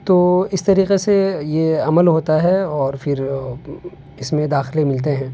تو اس طریقے سے یہ عمل ہوتا ہے اور پھر اس میں داخلے ملتے ہیں